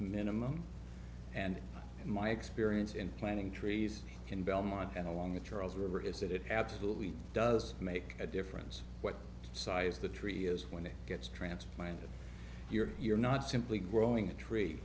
minimum and in my experience in planning trees in belmont and along the charles river is that it absolutely does make a difference what size the tree is when it gets transplanted you're you're not simply growing a tree